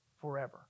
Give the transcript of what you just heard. forever